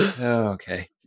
okay